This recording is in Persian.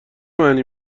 معنی